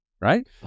right